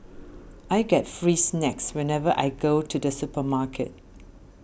I get free snacks whenever I go to the supermarket